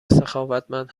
سخاوتمند